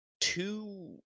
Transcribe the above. two